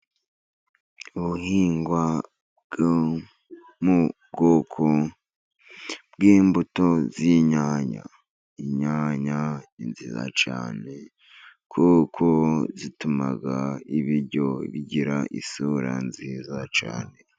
Ubuhingwa bwo mu bwoko bw'imbuto z'inyanya. Inyanya ni nziza cyane kuko zituma ibiryo bigira isura nziza cyane.